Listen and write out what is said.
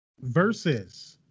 versus